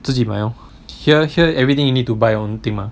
自己买 lor here here everything you need to buy own thing mah